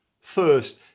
First